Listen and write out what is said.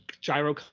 Gyro